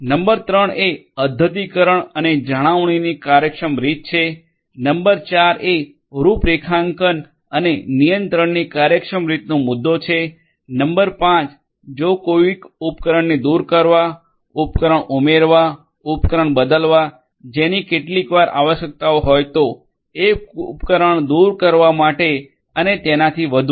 number 3 એ અદ્યતીકરણ અને જાળવણીની કાર્યક્ષમ રીત છે નંબર 4 એ રૂપરેખાંકન અને નિયંત્રણની કાર્યક્ષમ રીતનો મુદ્દો છે નંબર 5 જો કોઈક ઉપકરણને દૂર કરવા ઉપકરણ ઉમેરવા ઉપકરણ બદલવા જેની કેટલીકવાર આવશ્યકતા હોય તો એક ઉપકરણ દૂર કરવા માટે અને તેનાથી વધુ છે